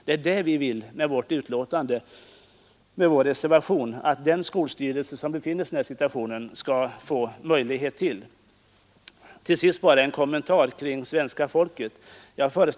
Det vi vill med vår reservation är just att den skolstyrelse som befinner sig i detta dilemma skall få denna möjlighet att dela klassen och säkra timtalet i svenska. Till sist bara en kommentar kring Stig Alemyr och svenska folket.